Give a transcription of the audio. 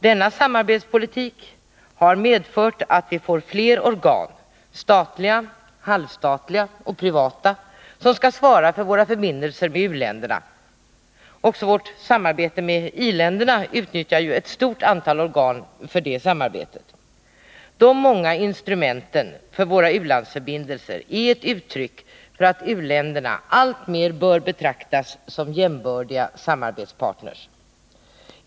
Denna samarbetspolitik har medfört att vi får fler organ — statliga, halvstatliga och privata — som skall svara för våra förbindelser med u-länderna. Också i vårt samarbete med andra i-länder utnyttjas ju ett stort antal organ. De många instrumenten för våra u-landsförbindelser är ett uttryck för att u-länderna alltmer bör betraktas som jämbördiga samarbetspartner.